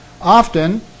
often